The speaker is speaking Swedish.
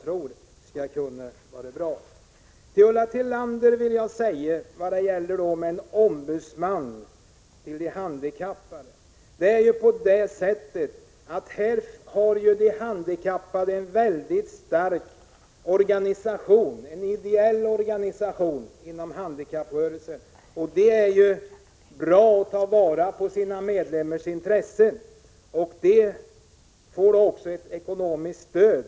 Till Ulla Tillander vill jag vad beträffar frågan om en ombudsman för de handikappade säga att dessa i handikapprörelsen har en mycket stark ideellt uppbyggd organisation, som är bra på att ta vara på sina medlemmars intressen. Handikapprörelsen får också ekonomiskt stöd.